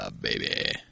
baby